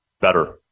better